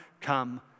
come